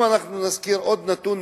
אם אנחנו נזכיר עוד נתון,